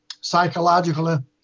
psychological